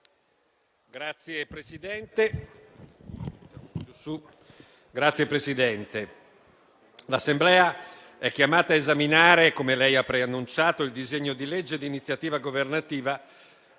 Signor Presidente, l'Assemblea è chiamata a esaminare, come lei ha preannunciato, il disegno di legge di iniziativa governativa